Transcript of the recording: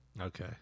Okay